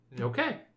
Okay